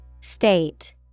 State